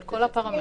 אפשר להגיע.